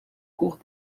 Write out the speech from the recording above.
cours